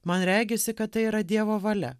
man regisi kad tai yra dievo valia